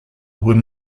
were